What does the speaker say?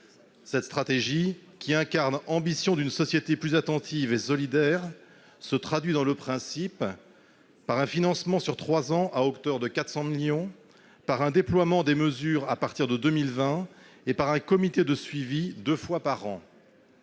Cette stratégie, qui incarne l'ambition d'une société plus attentive et solidaire, se traduit dans le principe par un financement sur trois ans, à hauteur de 400 millions d'euros, par un déploiement des mesures à partir de 2020 et par un comité de suivi deux fois par an.